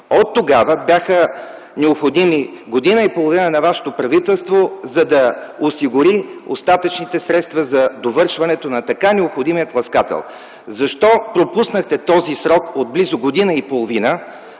Оттогава бяха необходими година и половина на вашето правителство, за да осигури остатъчните средства за довършването на така необходимия тласкател. Защо пропуснахте този срок от близо година и половина?